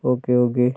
okay okay